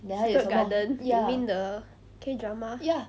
secret garden you mean the K drama